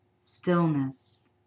stillness